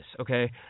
okay